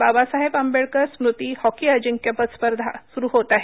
बाबासाहेब आंबेडकर स्मृति हॉकी अजिंक्यपद स्पर्धा स्रु होत आहे